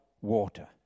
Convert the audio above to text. water